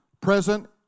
present